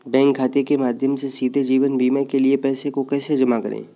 Bank खाते के माध्यम से सीधे जीवन बीमा के लिए पैसे को कैसे जमा करें?